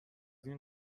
این